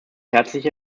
herzliche